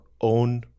own